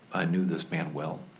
i knew this man well.